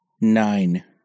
nine